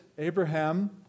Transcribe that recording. Abraham